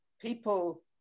people